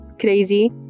crazy